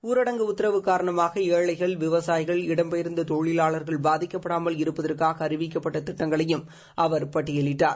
ஊரடங்கு உத்தரவு காரணமாக ஏழைகள் விவசாயிகள் இடம்பெயர்ந்த தொழிலாளர்கள் பாதிக்கப்படாமல் இருப்பதற்காக அறிவிக்கப்பட்ட திட்டங்களையும் அவர் பட்டியலிட்டார்